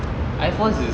air force is